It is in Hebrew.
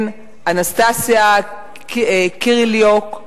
אנסטסיה קיריליוק,